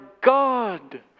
God